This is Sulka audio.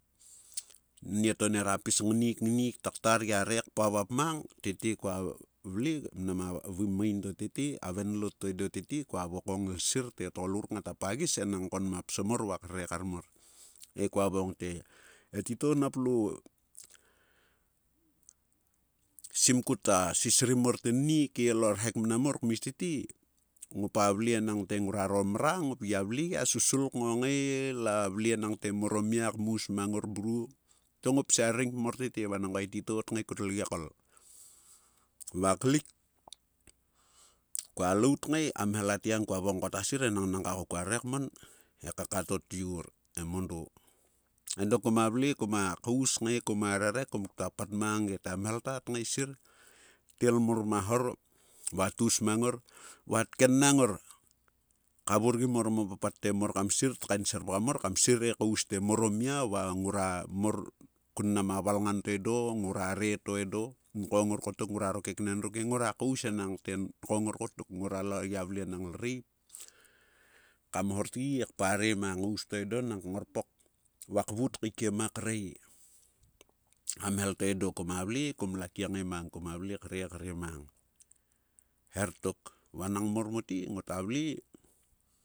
Nieto near pis ngnnik ngnnik ta ktar gia re kpavap mang, tete kua-vvle, mnam a main to tete, a venloot to eda tete, kua vokong lsir te o tgoluk ngata pagis enang ko nma psom mor va krere kar mor. He kua vokong te, e titou nap lo sim kut a sisrim mor tennik, e-elarhek mnam mor kmis tete, ngopa vle enang the ngruaro ngop gia susul kngongae la vle engathe mor omia kmarus mang ngor mruo to ngop sia ring pmor tete vanango ko e titou tngae kut lgiekol. Va klik kua laut kngae, amhel atgiang. kua vokong ko ta sir enang nanga ko kau kmon. e kmon e kaka to tyar, e mondo.edo koma vle. koma kaus kngae, koma rere, kom ktua pat mang ge te a mhelta tngae sir. el mor ma hor. va taus mang ngor va tkennang ngor. Kavurgim orom o papat te mor kam sir. tkaenserpgam mor kam sir he kaus te mor omiq va ngrua. mor valngan to edo, ngrua re to edo, nkong ngor kotok ngruaro keknen ruk e ngora kaus enangthe nkong ngor kotok. Ngrua lo gia vle enang lreip kam hortgi he kparem a ngaus to edo nang kngorpok, va kvut kaikiem a kre. Amhel to edo koma vle. kom la kiengae mang. Koma vle kre kre mang. Hertok, vanang mor mote. ngota vle